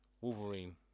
Wolverine